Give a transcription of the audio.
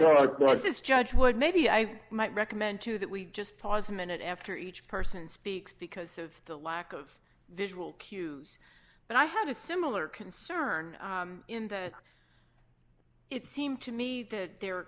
because this judge would maybe i might recommend to you that we just pause minute after each person speaks because of the lack of visual cues and i had a similar concern in that it seemed to me that there